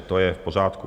To je v pořádku.